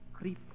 Creep